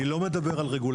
אני לא מדבר על רגולציה.